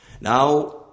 Now